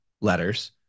letters